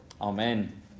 Amen